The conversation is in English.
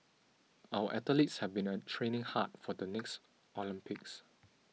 our athletes have been a training hard for the next Olympics